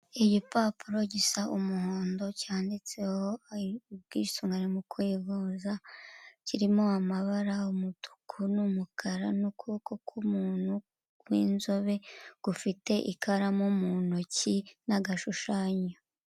Igipapuro gisa umuhondo cyanditseho ubwisungane mu kwivuza kirimo amabara umutuku, n'umukara, n'ukuboko k'umuntu w'inzobe gufite ikaramu mu ntoki n'agashushanyo.